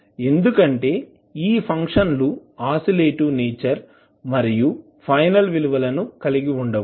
ఎందుకంటే ఈ ఫంక్షన్ లు ఆసిలేటివ్ నేచర్ మరియు ఫైనల్ విలువలును కలిగి ఉండవు